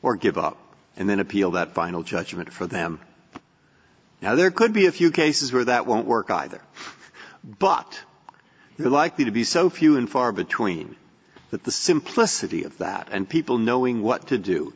or give up and then appeal that final judgment for them now there could be a few cases where that won't work either but they're likely to be so few and far between that the simplicity of that and people knowing what to do